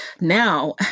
now